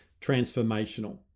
transformational